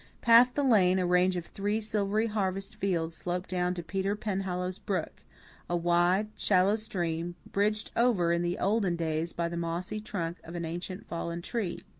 past the lane a range of three silvery harvest fields sloped down to peter penhallow's brook a wide, shallow stream bridged over in the olden days by the mossy trunk of an ancient fallen tree.